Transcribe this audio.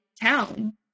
town